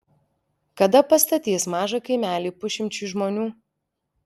kada pastatys mažą kaimelį pusšimčiui žmonių